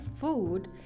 food